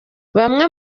bamwe